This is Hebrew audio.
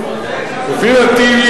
לפי דעתי,